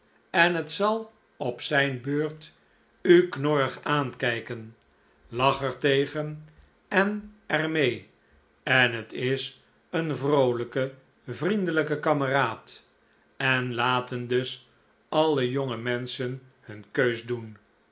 en het zal op zijn beurt u knorrig j aankijken lach er tegen en er mee en het is een vroolijke vriendelijke kameraad en laten dus alle jonge menschen hun keus doen